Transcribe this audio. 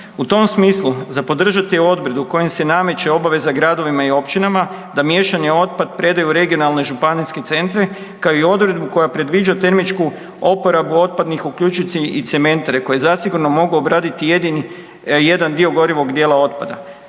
U tom smislu za podržati je odredbu kojom se nameće obaveza gradovima i općinama da miješani otpad predaju u regionalne županijske centre, kao i odredbu koja predviđa termičku oporabu otpadnih uključujući i cementare koje zasigurno mogu obraditi jedan dio gorivog dijela otpada.